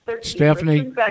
Stephanie